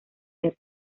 ser